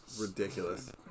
Ridiculous